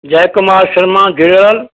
Jay Kumar Sharma गिड़हल